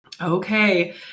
Okay